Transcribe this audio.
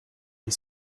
des